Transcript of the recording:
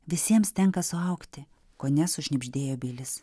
visiems tenka suaugti kone sušnibždėjo bilis